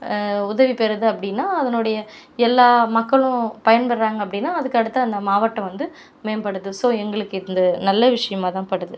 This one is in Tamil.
உதவிபெறுது அப்படின்னா அதனுடைய எல்லா மக்களும் பயன்படுறாங்க அப்படின்னா அதுக்கு அடுத்த அந்த மாவட்டம் வந்து மேம்படுத்து ஸோ எங்களுக்கு இந்த நல்ல விஷயமாக தான் படுது